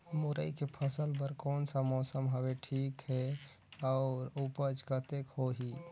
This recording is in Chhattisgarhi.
मुरई के फसल बर कोन सा मौसम हवे ठीक हे अउर ऊपज कतेक होही?